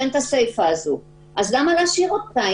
היום, אז למה להשאיר אותה?